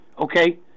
okay